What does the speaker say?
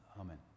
amen